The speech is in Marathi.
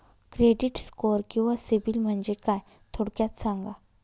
क्रेडिट स्कोअर किंवा सिबिल म्हणजे काय? थोडक्यात सांगा